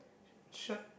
shirt